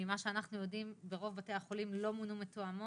ממה שאנחנו ידועים ברוב בתי החולים בארץ לא מונו מתאמות,